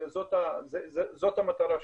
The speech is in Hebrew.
זאת המטרה שלי.